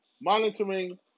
monitoring